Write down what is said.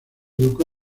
educó